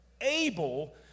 able